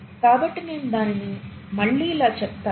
కాబట్టి నేను దానిని మళ్ళీ ఇలా చెప్తాను